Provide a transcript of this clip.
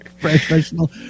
professional